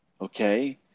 Okay